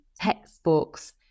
textbooks